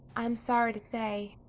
i'm sorry to say.